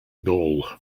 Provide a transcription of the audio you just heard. gaul